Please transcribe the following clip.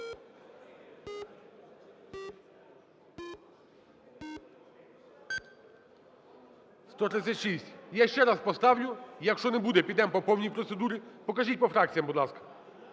За-136 Я ще раз поставлю, якщо не буде, підемо по повній процедурі. Покажіть по фракціям, будь ласка,